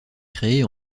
créées